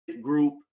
group